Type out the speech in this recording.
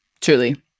Truly